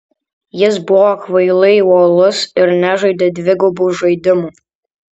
jis buvo kvailai uolus ir nežaidė dvigubų žaidimų